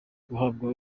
guhabwa